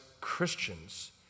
Christians